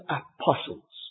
apostles